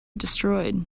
destroyed